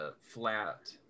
flat